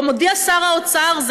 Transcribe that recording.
או מודיע שר האוצר,